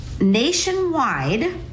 nationwide